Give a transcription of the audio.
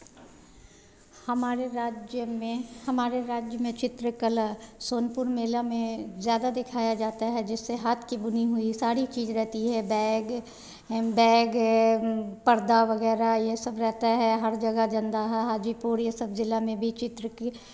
हमारे राज्य में हमारे राज्य में चित्रकला सोनपुर मेला में ज़्यादा दिखाया जाता है जिससे हाथ की बुनी हुई सारी चीज़ रहती है बैग बैग है पर्दा वगैरह ये सब रहता है हर जगह जमदाहा हाजीपुर ये सब जिला में भी चित्र की